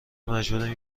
مجبورم